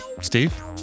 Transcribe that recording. Steve